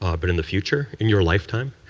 um but in the future, in your lifetime.